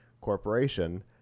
corporation